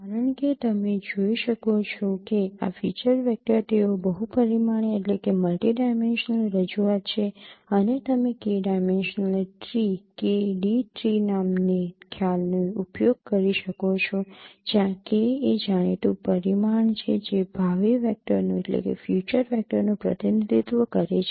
કારણ કે તમે જોઈ શકો છો કે આ ફીચર વેક્ટર તેઓ બહુ પરિમાણીય રજૂઆત છે અને તમે K dimensional tree K D tree નામની ખ્યાલનો ઉપયોગ કરી શકો છો જ્યાં K એ જાણીતું પરિમાણ છે જે ભાવિ વેક્ટરનું પ્રતિનિધિત્વ કરે છે